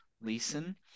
Leeson